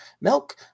milk